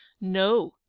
No